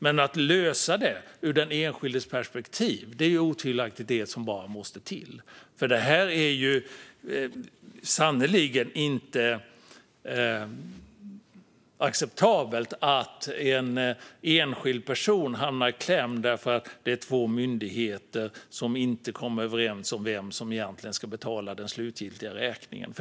Men att vi löser det är otvivelaktigt det som, ur den enskildes perspektiv, bara måste ske. Det är ju sannerligen inte acceptabelt att en enskild person hamnar i kläm därför att det är två myndigheter som inte kommer överens om vem som egentligen ska betala den slutgiltiga räkningen.